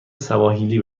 سواحیلی